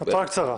התראה קצרה.